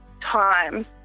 time